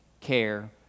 care